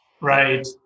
Right